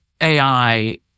AI